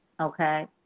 Okay